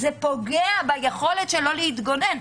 זה פוגע ביכולתו להתגונן.